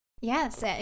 Yes